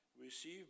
receive